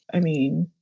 i mean,